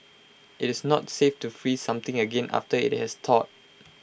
IT is not safe to freeze something again after IT has thawed